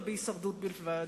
ובהישרדות בלבד.